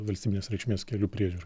valstybinės reikšmės kelių priežiūra